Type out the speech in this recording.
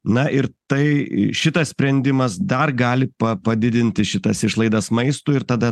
na ir tai i šitas sprendimas dar gali pa padidinti šitas išlaidas maistui ir tada